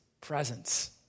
presence